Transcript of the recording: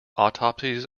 autopsies